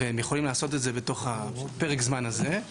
והם יכולים לעשות את זה בתוך פרק הזמן הזה.